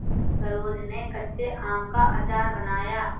सरोज ने कच्चे आम का अचार बनाया